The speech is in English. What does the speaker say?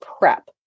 prep